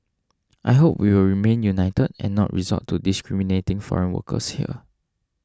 I hope we will remain united and not resort to discriminating foreign workers here